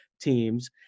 teams